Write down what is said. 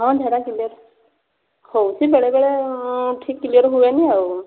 ହଁ ଝାଡ଼ା କ୍ଲିୟର ହେଉଛି ବେଳେବେଳେ ଠିକ୍ କ୍ଲିୟର୍ ହୁଏନି ଆଉ